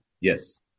Yes